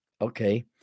okay